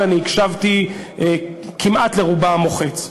והקשבתי לרובה המוחץ.